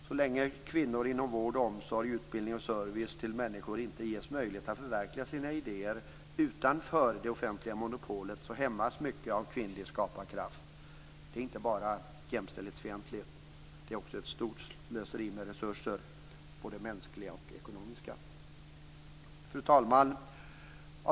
Så länge kvinnor inom vård och omsorg, utbildning och service till människor inte ges möjligheter att förverkliga sina idéer utanför det offentliga monopolet hämmas mycket av kvinnlig skaparkraft. Det är inte bara jämställdhetsfientligt, det är också ett stort slöseri med både mänskliga och ekonomiska resurser. Fru talman!